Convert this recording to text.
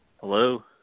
Hello